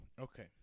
okay